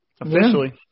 officially